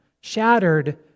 shattered